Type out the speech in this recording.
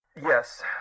Yes